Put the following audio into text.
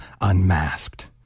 unmasked